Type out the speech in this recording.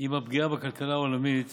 עם הפגיעה בכלכלה העולמית